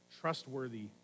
trustworthy